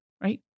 right